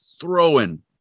throwing